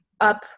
up